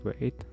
wait